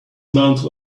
months